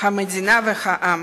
המדינה והעם.